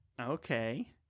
Okay